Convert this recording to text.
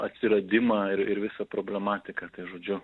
atsiradimą ir ir visą problematiką tai žodžiu